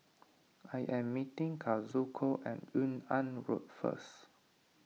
I am meeting Kazuko at Yung An Road first